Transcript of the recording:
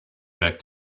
back